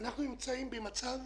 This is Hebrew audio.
אנחנו נמצאים במצב